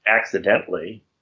accidentally